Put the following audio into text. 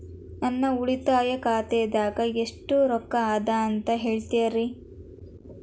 ನನ್ನ ಉಳಿತಾಯ ಖಾತಾದಾಗ ಎಷ್ಟ ರೊಕ್ಕ ಅದ ಅಂತ ಹೇಳ್ತೇರಿ?